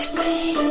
see